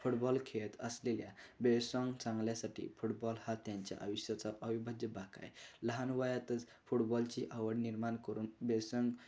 football खेळत असलेल्या बेसांग चांगल्यासाठी फुटबॉल हा त्यांच्या आयुष्याचा अविभाज्य भाग आहे लहान वयातच फुटबॉलची आवड निर्माण करून बेसांग